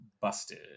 busted